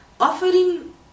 Offering